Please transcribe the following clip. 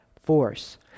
force